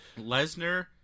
Lesnar